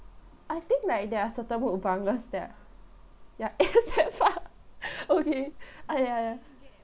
I think like they are certain mukbangs that ya A_S_M_R okay ah ya ya